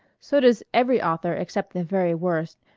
so does every author except the very worst,